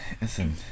Listen